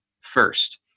first